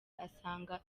asanga